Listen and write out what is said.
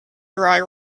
dry